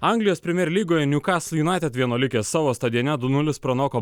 anglijos premjer lygoje niu kas junaited vienuolikė savo stadione du nulis pranoko